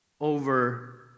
over